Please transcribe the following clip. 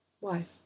Wife